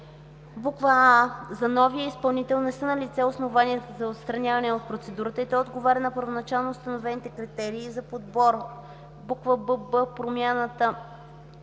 аа) за новия изпълнител не са налице основанията за отстраняване от процедурата и той отговаря на първоначално установените критерии за подбор; бб) промяната